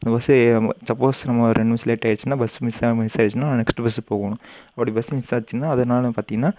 அந்த பஸ்ஸு நம்ம சப்போஸ் நம்ம ஒரு ரெண்டு நிமிஷம் லேட்டாகிடுச்சுன்னா பஸ் மிஸ்ஸாகி மிஸ்ஸாயிடுச்சுன்னா நெக்ஸ்ட்டு பஸ்ஸு போகணும் அப்படி பஸ்ஸு மிஸ்ஸாச்சுன்னா அதனால் பார்த்தீங்கன்னா